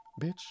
Bitch